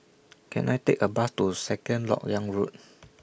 Can I Take A Bus to Second Lok Yang Road